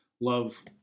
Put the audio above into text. love